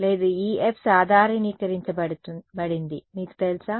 లేదు ఈ F సాధారణీకరించబడింది మీకు తెలుసా